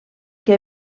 que